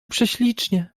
prześlicznie